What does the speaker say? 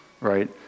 right